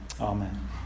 Amen